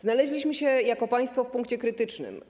Znaleźliśmy się jako państwo w punkcie krytycznym.